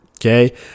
okay